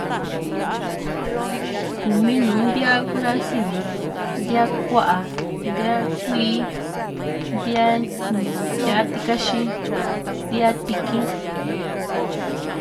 kumi nùù ntíaa kura sini yu ntíaa kuá ntíaa kuíí, ntíaa n yá´a tikaxi ntíaa tiki´n